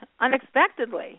unexpectedly